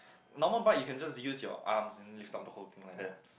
normal bike you can just use your arms and lift up the whole thing like that